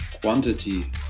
quantity